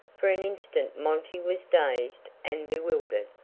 for an instant monty was dazed and bewildered,